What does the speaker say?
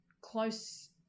close